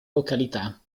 località